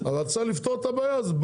לפתור את הבעיה הזאת.